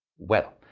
well,